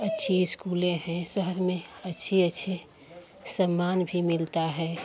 अच्छी स्कूलें हैं शहर में अच्छी अच्छी सामान भी मिलता है